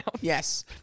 Yes